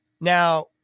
Now